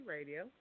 Radio